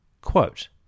Quote